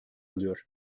alıyor